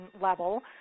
level